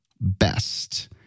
best